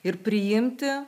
ir priimti